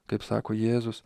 kaip sako jėzus